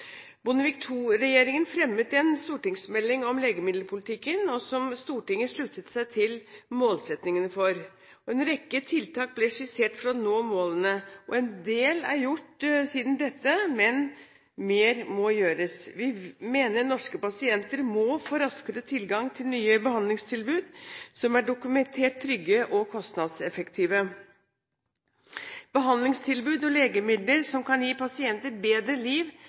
Bondevik II-regjeringen fremmet en stortingsmelding om legemiddelpolitikken, som Stortinget sluttet seg til målsettingene for. En rekke tiltak ble skissert for å nå målene. En del er gjort siden den gang, men mer må gjøres. Vi mener norske pasienter må få raskere tilgang til nye behandlingstilbud som er dokumentert trygge og kostnadseffektive. Behandlingstilbud og legemidler som kan gi pasienter bedre liv,